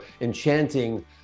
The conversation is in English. enchanting